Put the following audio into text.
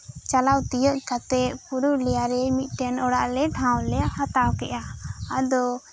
ᱪᱟᱞᱟᱣ ᱛᱤᱭᱟᱹᱜ ᱠᱟᱛᱮ ᱯᱩᱨᱩᱞᱤᱭᱟᱹ ᱨᱮ ᱢᱤᱫᱴᱮᱱ ᱚᱲᱟᱜ ᱞᱮ ᱴᱷᱟᱶ ᱞᱮ ᱦᱟᱛᱟᱣ ᱠᱮᱫᱟ ᱟᱫᱚ